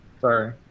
Sorry